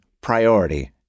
Priority